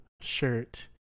shirt